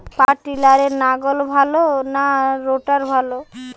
পাওয়ার টিলারে লাঙ্গল ভালো না রোটারের?